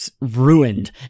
ruined